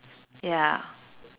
ya